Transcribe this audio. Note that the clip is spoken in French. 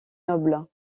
nobles